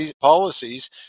policies